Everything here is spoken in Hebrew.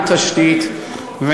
חיים,